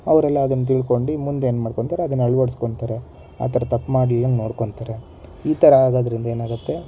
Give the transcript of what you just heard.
ಅವರೆಲ್ಲ ಅದನ್ನು ತಿಳ್ಕೊಂಡು ಮುಂದೇನು ಮಾಡ್ಕೊತ್ತಾರೆ ಅದನ್ನು ಅಳವಡಿಸಕೊಂತಾರೆ ಆ ಥರ ತಪ್ಪು ಮಾಡ್ಲಿಲ್ದಂಗೆ ನೋಡ್ಕೋತ್ತಾರೆ ಈ ಥರ ಆಗೋದ್ರಿಂದ ಏನಾಗುತ್ತೆ